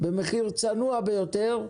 במחיר צנוע ביותר,